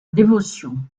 dévotion